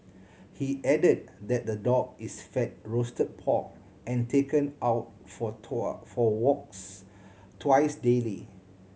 he added that the dog is fed roasted pork and taken out for for walks twice daily